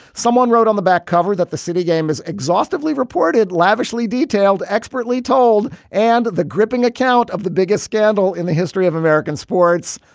someone wrote on the back cover that the city game is exhaustively reported, lavishly detailed, expertly told, and the gripping account of the biggest scandal in the history of american sports.